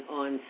on